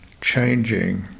changing